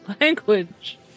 Language